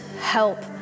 help